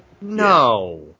No